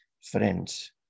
friends